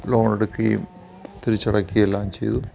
ലോണെടുക്കുകയും തിരിച്ചടക്കുകയും എല്ലാം ചെയ്ത്